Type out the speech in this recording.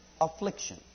affliction